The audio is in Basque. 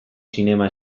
zinema